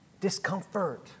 Discomfort